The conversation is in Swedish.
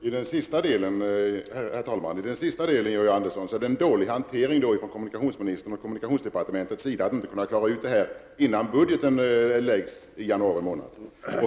Herr talman! Det är i den sista delen, Georg Andersson, en dålig hantering från kommunikationsministerns och kommunikationsdepartementets sida att inte kunna klara ut detta innan budgeten lagts i januari månad.